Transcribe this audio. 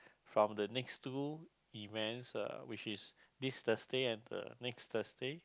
from the next two events uh which is this Thursday and the next Thursday